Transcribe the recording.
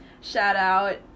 shout-out